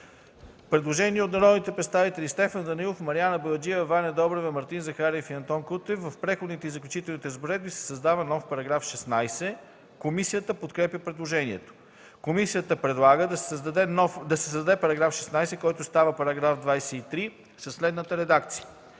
Предложение от народните представители Стефан Данаилов, Мариана Бояджиева, Ваня Добрева, Мартин Захариев и Антон Кутев – в Преходните и заключителните разпоредби се създава нов § 16. Комисията подкрепя предложението. Комисията предлага да се създаде § 16, който става § 23, със следната редакция: